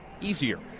easier